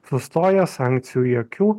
sustoja sankcijų jokių